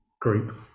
group